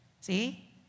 see